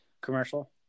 commercial